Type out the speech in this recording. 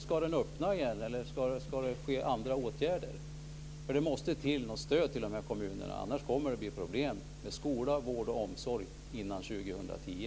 Ska den öppna igen, eller ska det ske andra åtgärder? Det måste till något stöd till de här kommunerna, annars kommer det att bli problem med skola, vård och omsorg före 2010.